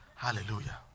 Hallelujah